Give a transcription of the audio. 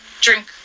drink